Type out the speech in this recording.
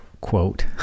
quote